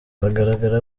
bagaragara